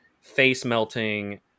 face-melting